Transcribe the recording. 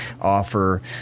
offer